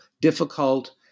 difficult